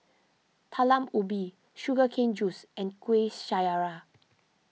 Talam Ubi Sugar Cane Juice and Kuih Syara